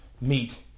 meet